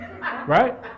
right